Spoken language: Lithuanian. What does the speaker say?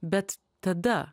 bet tada